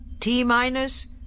T-minus